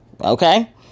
Okay